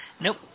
Nope